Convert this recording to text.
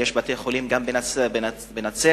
יש בתי-חולים גם בנצרת,